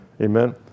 Amen